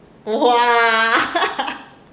!wah!